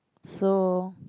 so